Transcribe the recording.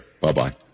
bye-bye